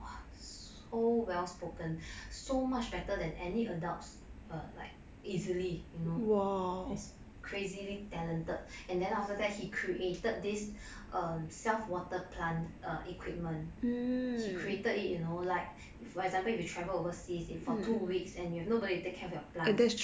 !wah! so well spoken so much better than any adults err like easily war is crazily talented and then after that he created this self-water plant equipment he created it you know like for example if you travel overseas in for two weeks and you have nobody to take care of your plant